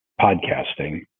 podcasting